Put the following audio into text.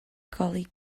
gully